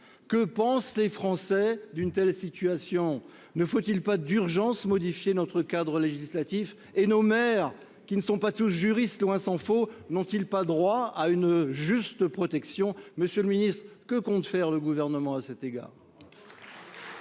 bien penser les Français d’une telle situation ? Ne faut il pas d’urgence modifier notre cadre législatif ? Et nos maires, qui ne sont pas tous juristes, tant s’en faut, n’ont ils pas droit à une juste protection ? Que compte faire le Gouvernement à cet égard ?